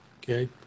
Okay